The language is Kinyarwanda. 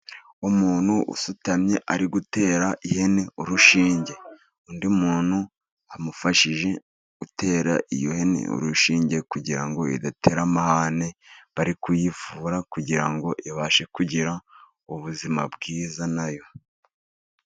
Umuntu usutamye ari gutera ihene urushinge. Undi muntu amufashije gutera iyo hene urushinge, kugira ngo idatera amahane. Bari kuyivura kugira ngo ibashe kugira ubuzima bwiza na yo.